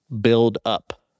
build-up